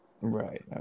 Right